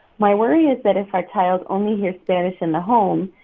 my worry is that if our child only hears spanish in the home,